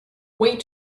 wait